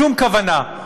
שום כוונה.